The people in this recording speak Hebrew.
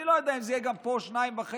אני לא יודע אם גם פה זה יהיה 2.5%,